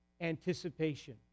anticipation